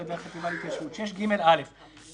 להבטיח שההפעלה שלה